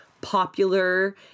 popular